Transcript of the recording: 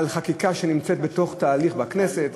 חקיקה שנמצאת בתהליך בכנסת.